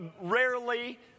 rarely